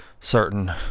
certain